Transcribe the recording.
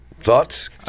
Thoughts